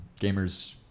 gamers